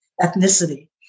ethnicity